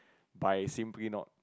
by simply not